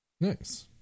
Nice